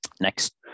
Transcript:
Next